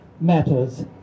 matters